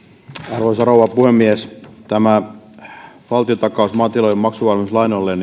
arvoisa rouva puhemies tämä valtiontakaus maatilojen maksuvalmiuslainoille